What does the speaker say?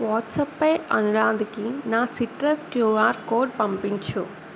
వాట్సాప్పై అనురాధకి నా citrus QR code పంపించుము